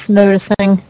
noticing